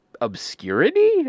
obscurity